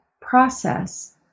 process